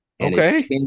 Okay